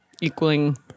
equaling